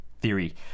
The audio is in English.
theory